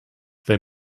they